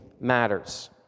matters